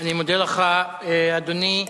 אני מודה לך, אדוני.